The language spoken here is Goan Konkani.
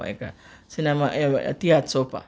सिनेमा तियात्र चोवपा